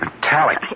metallic